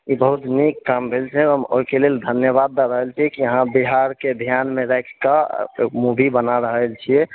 ई बहुत नीक काम भेल छै हम ओहिके लेल धन्यवाद दए रहल छी की अहाँ बिहारके ध्यानमे राखिके मूवी बनाए रहल छी